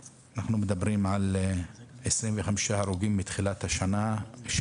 אנחנו מדברים על 25 הרוגים מתחילת השנה.